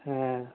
ஆ